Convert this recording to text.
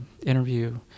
interview